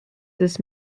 this